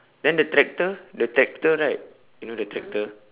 then the tractor the tractor right you know the tractor